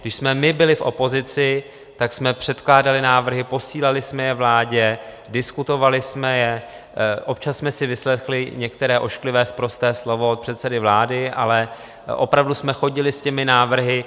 Když jsme byli v opozici, tak jsme předkládali návrhy, posílali jsme je vládě, diskutovali jsme je, občas jsme si vyslechli některé ošklivé sprosté slovo od předsedy vlády, ale opravdu jsme chodili s návrhy.